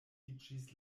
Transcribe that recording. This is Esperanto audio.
iĝis